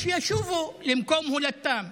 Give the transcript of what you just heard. אז שישובו למקום הולדתם.